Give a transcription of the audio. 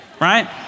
right